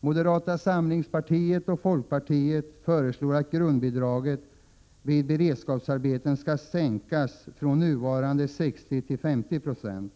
Moderata samlingspartiet och folkpartiet föreslår att grundbidraget vid beredskapsarbeten skall sänkas från nuvarande 60 9 till 50 96.